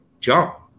jump